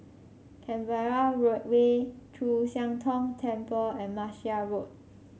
Canberra Road Way Chu Siang Tong Temple and Martia Road